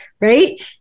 right